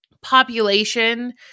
Population